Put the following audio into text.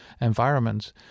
environments